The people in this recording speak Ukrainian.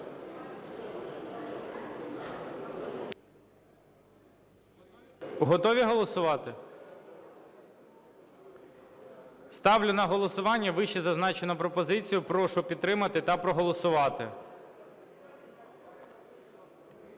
Готові голосувати? Ставлю на голосування вищезазначену пропозицію. Прошу підтримати на проголосувати.